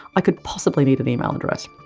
i could possibly need an email address.